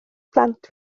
plant